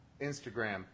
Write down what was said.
Instagram